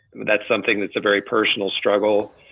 that's something that's a very personal struggle.